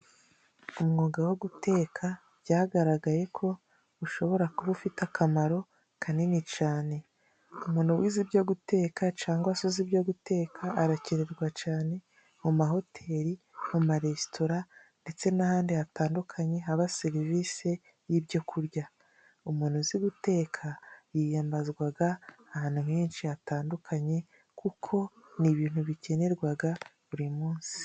Umwuga wo guteka byagaragaye ko ushobora kuba ufite akamaro kanini cane. Umuntu wize ibyo guteka cangwa se uzi ibyo guteka arakenerwa cane mu mahoteli mu maresitora ndetse n'ahandi hatandukanye haba serivisi y'ibyo kurya. Umuntu uzi guteka yiyambazwaga ahantu henshi hatandukanye kuko ni ibintu bikenerwaga buri munsi.